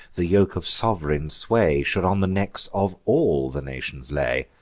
the yoke of sov'reign sway should on the necks of all the nations lay.